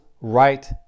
right